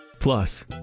plus,